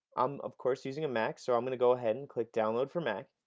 i'm of course using a mac so i'm going to go ahead and click download for mac,